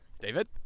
David